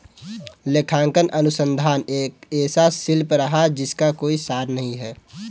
लेखांकन अनुसंधान एक ऐसा शिल्प रहा है जिसका कोई सार नहीं हैं